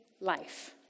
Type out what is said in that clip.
life